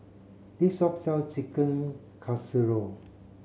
this shop sells Chicken Casserole